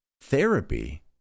Therapy